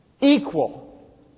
Equal